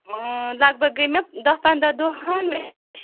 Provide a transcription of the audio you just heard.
لگ بگ گٔے مےٚ دَہ پنٛداہ دۄہَن